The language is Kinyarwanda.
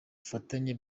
bufatanye